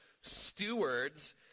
stewards